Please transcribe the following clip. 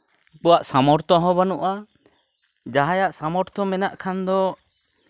ᱟᱵᱚᱣᱟᱜ ᱥᱟᱢᱚᱨᱛᱷᱚ ᱦᱚᱸ ᱵᱟᱹᱱᱩᱜᱼᱟ ᱡᱟᱦᱟᱸᱭᱟᱜ ᱥᱟᱢᱚᱨᱛᱷᱚ ᱢᱮᱱᱟᱜ ᱠᱷᱟᱱ ᱫᱚ